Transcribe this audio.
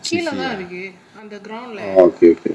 கீழதான் இருக்கு அந்த:keela thaan iruku antha ground leh